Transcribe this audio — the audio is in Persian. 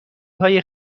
های